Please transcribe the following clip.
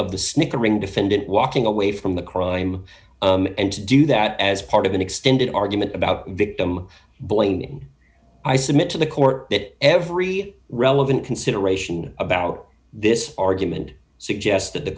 of the snickering defendant walking away from the crime and to do that as part of an extended argument about victim blaming i submit to the court that every relevant consideration about this argument suggests th